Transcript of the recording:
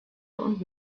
und